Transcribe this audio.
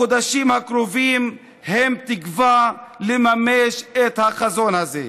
החודשים הקרובים הם תקווה לממש את החזון הזה.